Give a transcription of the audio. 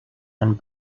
and